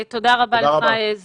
תודה רבה, זהר.